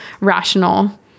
rational